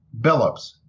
Billups